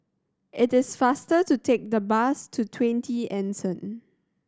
it is faster to take the bus to Twenty Anson